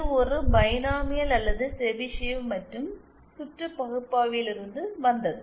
இது ஒரு பைனோமியல் அல்லது செபிஷேவ் மற்றும் சுற்று பகுப்பாய்விலிருந்து வந்தது